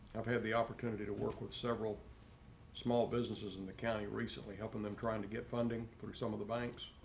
i've had the opportunity to work with several small businesses in the county recently helping them trying to get funding through some of the banks.